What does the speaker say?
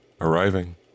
arriving